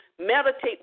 meditate